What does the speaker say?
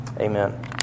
Amen